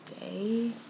day